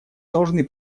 должны